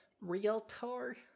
realtor